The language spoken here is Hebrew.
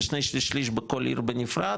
זה שני שליש/שליש בכל עיר בנפרד,